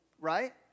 right